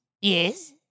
yes